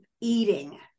eating